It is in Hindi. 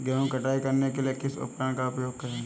गेहूँ की कटाई करने के लिए किस उपकरण का उपयोग करें?